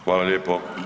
Hvala lijepo.